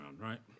right